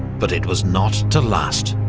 but it was not to last,